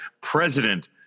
President